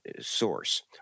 source